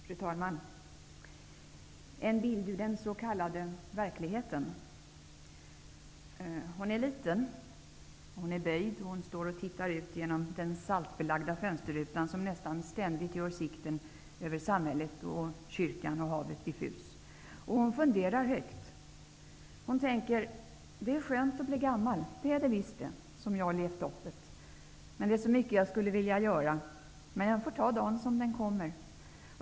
Fru talman! Jag vill ge en bild ur den s.k. verkligheten. Hon är liten, hon är böjd, och hon står och tittar ut genom den saltbelagda fönsterrutan som nästan ständigt gör sikten över samhället, kyrkan och havet diffus. Hon funderar högt. Hon tänker: ''Det är skönt att bli gammal, det är det visst. Så som jag har levt opp ett...Men det är så mycket jag skulle vilja göra... Men jag får ta dan som den kommer.